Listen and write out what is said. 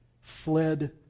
fled